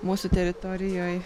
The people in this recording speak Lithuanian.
mūsų teritorijoj